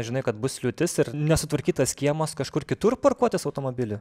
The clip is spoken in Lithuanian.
žinai kad bus liūtis ir nesutvarkytas kiemas kažkur kitur parkuotis automobilį